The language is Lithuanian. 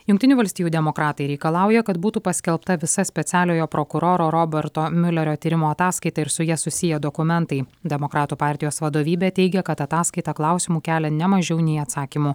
jungtinių valstijų demokratai reikalauja kad būtų paskelbta visa specialiojo prokuroro roberto miulerio tyrimo ataskaita ir su ja susiję dokumentai demokratų partijos vadovybė teigia kad ataskaitą klausimų kelia ne mažiau nei atsakymų